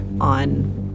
on